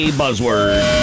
buzzword